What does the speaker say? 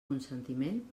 consentiment